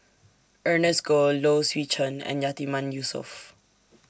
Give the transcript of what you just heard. Ernest Goh Low Swee Chen and Yatiman Yusof